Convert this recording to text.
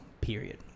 Period